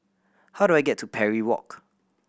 how do I get to Parry Walk